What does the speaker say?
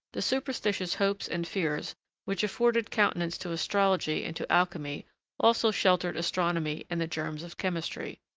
the superstitious hopes and fears which afforded countenance to astrology and to alchemy also sheltered astronomy and the germs of chemistry.